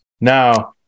Now